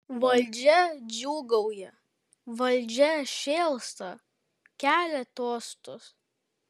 valdžia džiūgauja valdžia šėlsta kelia tostus